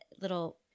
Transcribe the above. little